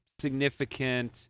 significant